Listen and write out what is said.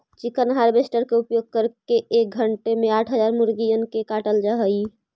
chicken harvester के उपयोग करके एक घण्टे में आठ हजार मुर्गिअन के काटल जा हई